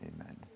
amen